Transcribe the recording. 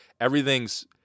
everything's